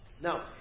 Now